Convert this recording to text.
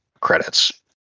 credits